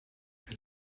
het